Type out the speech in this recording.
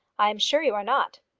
i am sure you are not.